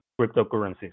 cryptocurrencies